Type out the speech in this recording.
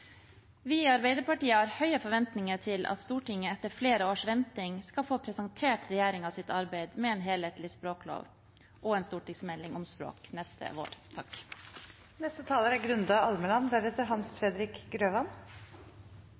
Vi i Arbeiderpartiet har høye forventninger til at Stortinget, etter flere års venting, skal få presentert regjeringens arbeid med en helhetlig språklov og en stortingsmelding om språk neste vår. Bokmål og nynorsk er